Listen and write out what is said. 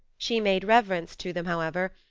she made reverence to them, however,